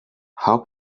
how